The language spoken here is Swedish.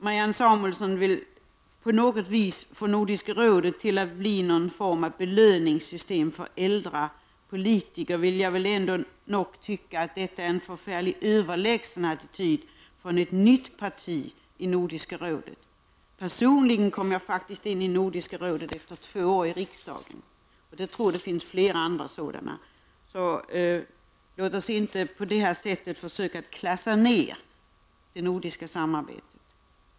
Marianne Samuelsson vill på något vis få Nordiska rådet till någon form av belöningssystem för äldre politiker. Detta är en förfärligt överlägsen attityd från ett nytt parti i Nordiska rådet. Personligen kom jag in i Nordiska rådet efter två år i riksdagen, och jag tror att det finns flera andra med liknande erfarenhet. Låt oss inte på detta sätt försöka klassa ned det nordiska samarbetet.